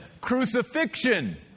crucifixion